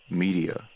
media